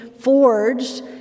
forged